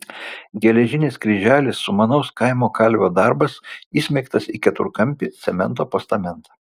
geležinis kryželis sumanaus kaimo kalvio darbas įsmeigtas į keturkampį cemento postamentą